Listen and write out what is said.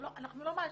אנחנו לא מאשימים.